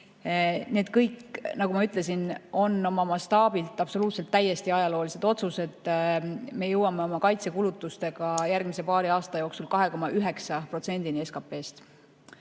kõik, nagu ma ütlesin, on oma mastaabilt absoluutselt ajaloolised otsused. Me jõuame oma kaitsekulutustega järgmise paari aasta jooksul 2,9%‑ni SKP‑st.